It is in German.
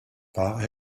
war